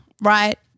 right